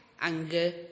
anger